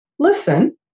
Listen